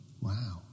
Wow